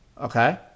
Okay